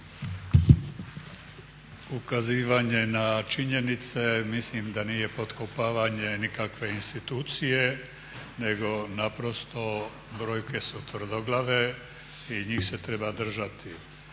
Ukazivanje na činjenice mislim da nije potkopavanje nikakve institucije nego naprosto brojke su tvrdoglave i njih se treba držati.